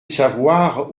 savoir